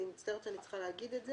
אני מצטערת שאני צריכה להגיד את זה,